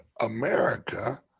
America